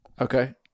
Okay